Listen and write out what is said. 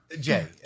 Jay